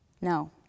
No